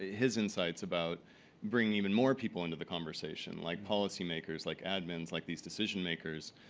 his insights about bringing even more people into the conversation, like policy-makers, like admins, like these decision makers.